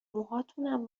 موهاتونم